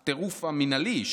את הטירוף המינהלי,